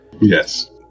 Yes